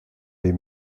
les